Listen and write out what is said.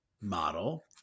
model